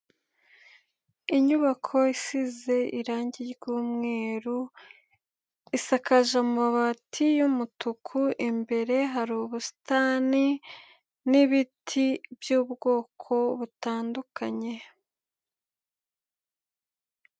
Inyubako isize irangi ry'umweru, isakaje amabati y'umutuku, imbere hari ubusitani n'ibiti byu'ubwoko butandukanye.